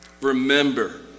remember